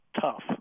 tough